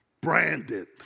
branded